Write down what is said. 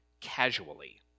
casually